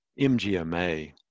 MGMA